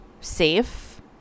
safe